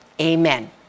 Amen